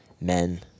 men